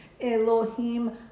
Elohim